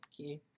Okay